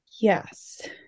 Yes